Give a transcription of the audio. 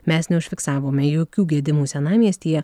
mes neužfiksavome jokių gedimų senamiestyje